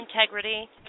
integrity